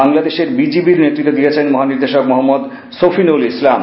বাংলাদেশের বিজিবি র নেতৃত্ব দিয়েছেন মহানির্দেশক মহম্মদ সফিনুল ইসলাম